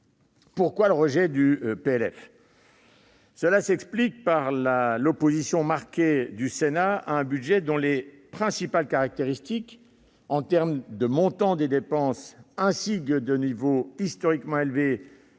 Pourquoi le rejet du PLF ? Cela s'explique par l'opposition marquée du Sénat à un budget dont les principales caractéristiques, en termes de montants des dépenses, ainsi que de niveaux historiquement élevés